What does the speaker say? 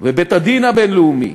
בבית-הדין הבין-לאומי,